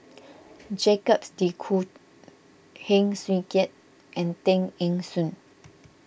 Jacques De Coutre Heng Swee Keat and Tay Eng Soon